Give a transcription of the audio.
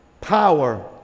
power